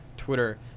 Twitter